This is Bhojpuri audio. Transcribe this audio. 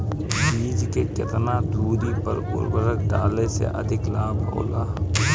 बीज के केतना दूरी पर उर्वरक डाले से अधिक लाभ होला?